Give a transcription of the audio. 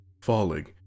Falling